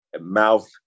mouth